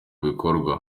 bikorwa